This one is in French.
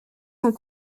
sont